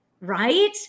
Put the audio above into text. Right